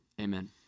Amen